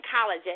college